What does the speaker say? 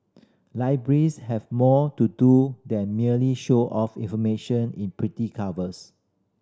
libraries have more to do than merely show off information in pretty covers